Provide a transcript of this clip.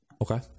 okay